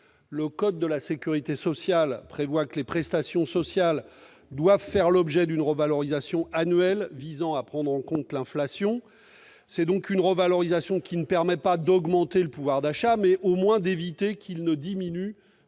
Le code de la sécurité sociale prévoit que les prestations sociales doivent faire l'objet d'une revalorisation annuelle visant à prendre en compte l'inflation. Cette revalorisation permet donc sinon d'augmenter le pouvoir d'achat, du moins d'éviter qu'il ne diminue